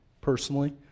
personally